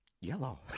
Yellow